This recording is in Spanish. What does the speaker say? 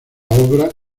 obra